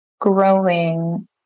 growing